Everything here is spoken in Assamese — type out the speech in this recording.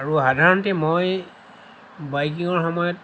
আৰু সাধাৰণতে মই বাইকিঙৰ সময়ত